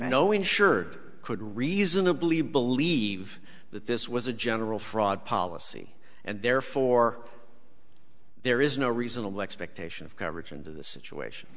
no insured could reasonably believe that this was a general fraud policy and therefore there is no reasonable expectation of coverage into the situation